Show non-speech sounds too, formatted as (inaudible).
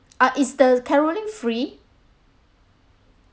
(noise) uh is the carolling free